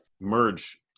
merge